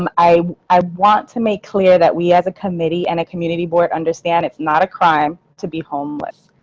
um i i want to make clear that we as a committee and a community board understand it's not a crime to be homeless.